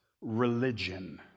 religion